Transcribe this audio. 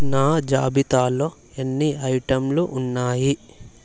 నా జాబితాలో ఎన్ని ఐటెంలు ఉన్నాయి